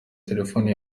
telefoni